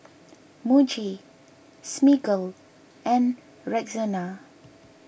Muji Smiggle and Rexona